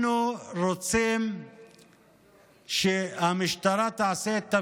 אנחנו רוצים שהמשטרה תעשה את תפקידה: